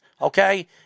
Okay